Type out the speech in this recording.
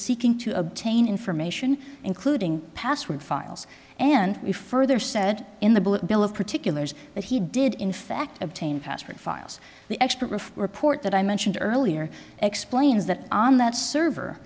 seeking to obtain information including password files and we further said in the bill of particulars that he did in fact obtain passport files the extra for report that i mentioned earlier explains that on that server